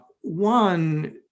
One